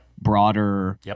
broader